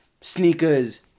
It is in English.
sneakers